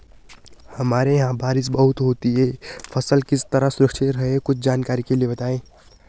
हमारे यहाँ बारिश बहुत होती है फसल किस तरह सुरक्षित रहे कुछ जानकारी के लिए बताएँ?